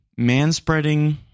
Manspreading